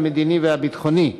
המדיני והביטחוני,